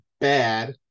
bad